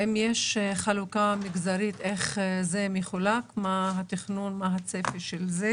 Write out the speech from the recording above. האם יש חלוקה מגזרית ומה הצפי של זה?